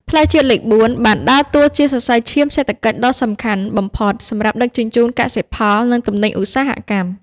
ផ្លូវជាតិលេខ ៤ បានដើរតួជាសរសៃឈាមសេដ្ឋកិច្ចដ៏សំខាន់បំផុតសម្រាប់ដឹកជញ្ជូនកសិផល និងទំនិញឧស្សាហកម្ម។